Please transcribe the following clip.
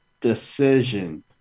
decision